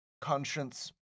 Conscience